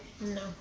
No